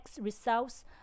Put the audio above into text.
results